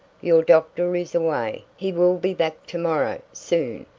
your doctor is away, he will be back to-morrow soon,